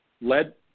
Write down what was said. led